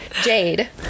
Jade